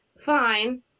fine